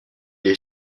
est